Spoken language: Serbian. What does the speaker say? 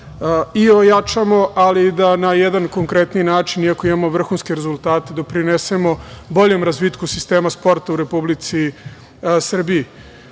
i ojačamo, ali i da na jedan konkretniji način, iako imamo vrhunske rezultate, doprinesemo boljem razvitku sistema sporta u Republici